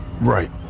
Right